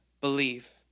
Believe